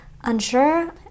unsure